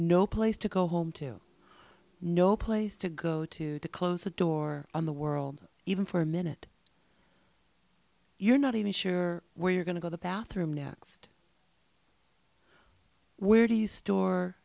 no place to go home to no place to go to to close the door on the world even for a minute you're not even sure where you're going to go the bathroom next where do you store